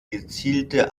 gezielte